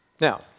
Now